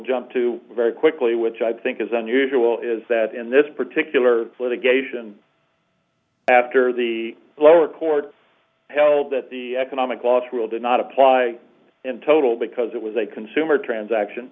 jump to very quickly which i think is unusual is that in this particular litigation after the lower court held that the economic loss rule did not apply in total because it was a consumer transaction